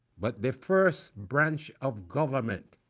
but the first branch of government,